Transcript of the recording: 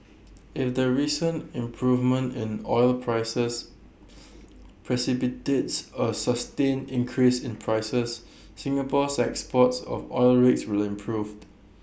if the recent improvement in oil prices precipitates A sustained increase in prices Singapore's exports of oil rigs will improve